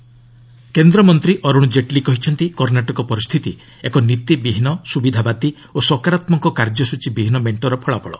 ଜେଟ୍ଲୀ କର୍ଣ୍ଣାଟକ କେନ୍ଦ୍ରମନ୍ତ୍ରୀ ଅରୁଣ୍ ଜେଟ୍ଲୀ କହିଛନ୍ତି କର୍ଷାଟକ ପରିସ୍ଥିତି ଏକ ନୀତିବିହୀନ ସ୍ରବିଧାବାଦୀ ଓ ସକାରାତ୍ମକ କାର୍ଯ୍ୟସ୍ଚୀବିହୀନ ମେଣ୍ଟର ଫଳାଫଳ